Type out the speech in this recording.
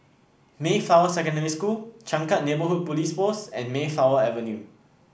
Mayflower Secondary School Changkat Neighbourhood Police Post and Mayflower Avenue